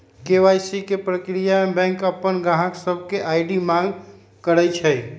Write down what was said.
KYC के परक्रिया में बैंक अपन गाहक से आई.डी मांग करई छई